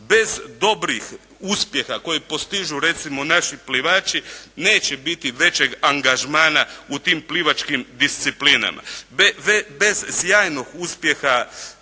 Bez dobrih uspjeha koji postižu recimo naši plivači neće biti većeg angažmana u tim plivačkim disciplinama. Bez sjajnog uspjeha,